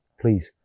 Please